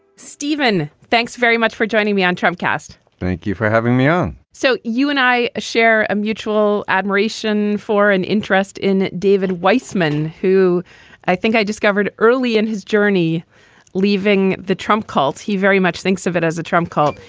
stephen, thanks very much for joining me on charmcaster. thank you for having me on. so you and i share a mutual admiration for an interest in david weissman, who i think i discovered early in his journey leaving the trump cult he very much thinks of it as a trump cult.